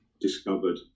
discovered